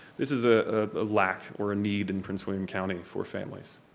this is a lack or a need in prince william county for families.